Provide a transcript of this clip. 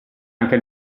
anche